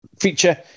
feature